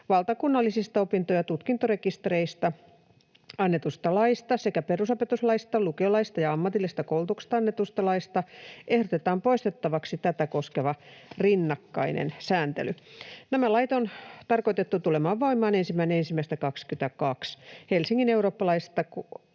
valtakunnallisista opinto- ja tutkintorekistereistä annetusta laista sekä perusopetuslaista, lukiolaista ja ammatillisesta koulutuksesta annetusta laista ehdotetaan poistettavaksi tätä koskeva rinnakkainen sääntely. Nämä lait on tarkoitettu tulemaan voimaan 1.1.22. Helsingin eurooppalaista